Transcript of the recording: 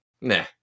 nah